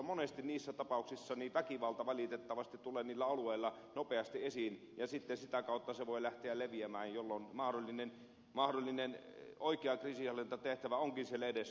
monesti niissä tapauksissa väkivalta valitettavasti tulee niillä alueilla nopeasti esiin ja sitten sitä kautta se voi lähteä leviämään jolloin mahdollinen oikea kriisinhallintatehtävä onkin siellä edessä